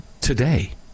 Today